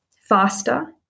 faster